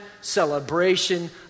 celebration